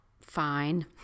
fine